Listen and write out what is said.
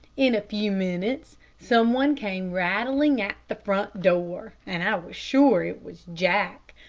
in a few minutes, some one came rattling at the front door, and i was sure it was jack.